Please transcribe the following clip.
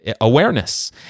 awareness